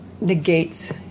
negates